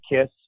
Kiss